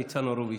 ניצן הורוביץ,